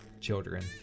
children